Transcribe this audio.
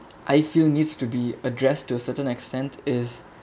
I feel needs to be addressed to a certain extent is